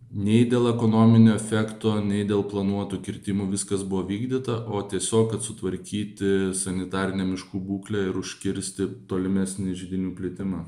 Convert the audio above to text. nei dėl ekonominio efekto nei dėl planuotų kirtimų viskas buvo vykdyta o tiesiog kad sutvarkyti sanitarinę miškų būklę ir užkirsti tolimesnį židinių plitimą